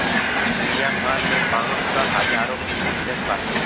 दुनिया भर में बांस क हजारो किसिम मिलत बाटे